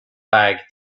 bag